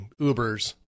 Ubers